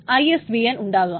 ISBN ഉണ്ടാകാം